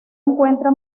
encuentra